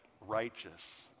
righteous